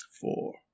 four